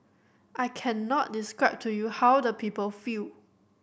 I cannot describe to you how the people feel